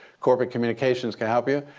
corporate communications, can i help you?